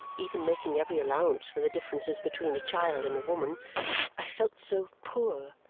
even making every allowance for the differences between a child and a woman i felt so poor,